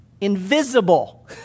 invisible